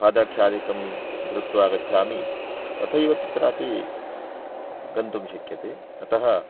पादरक्षादिकं धृत्वा गच्छामि तथैव तत्रापि गन्तुं शक्यते अतः